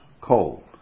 cold